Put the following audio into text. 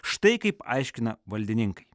štai kaip aiškina valdininkai